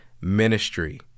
ministry